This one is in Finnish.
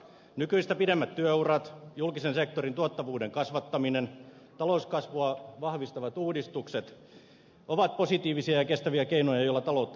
nykyistä pidemmät työurat julkisen sektorin tuottavuuden kasvattaminen ja talouskasvua vahvistavat uudistukset ovat positiivisia ja kestäviä keinoja joilla taloutta voidaan vauhdittaa